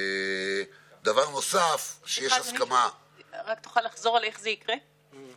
, ממתי אתה צריך לדייק --- אף פעם לא מדייק.